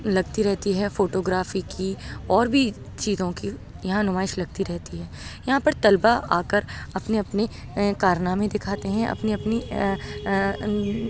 لگتی رہتی ہے فوٹو گرافی کی اور بھی چیزوں کی یہاں نمائش لگتی رہتی ہے یہاں پر طلبہ آ کر اپنی اپنی کارنامے دکھاتے ہیں اپنی اپنی